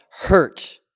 hurt